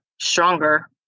stronger